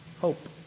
Hope